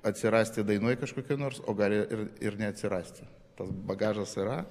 atsirasti dainoj kažkokioj nors o gali ir ir neatsirasti tas bagažas yra